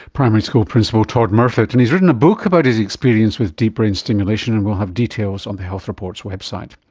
primary school principal todd murfitt. and he's written a book about his experience with deep brain stimulation, and we will have details on the health report's website.